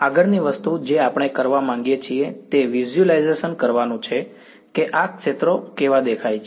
આગળની વસ્તુ જે આપણે કરવા માંગીએ છીએ તે વિઝ્યુઅલાઈઝ કરવાનું છે કે આ ક્ષેત્રો બરાબર કેવા દેખાય છે